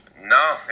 No